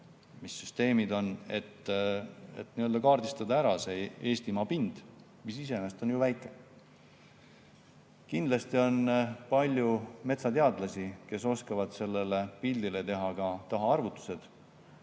mis süsteeme on vaja, et kaardistada ära see Eestimaa pind, mis iseenesest on ju väike. Kindlasti on palju metsateadlasi, kes oskavad sellele pildile teha taha ka arvutused